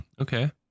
okay